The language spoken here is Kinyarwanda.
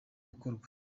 gukorwa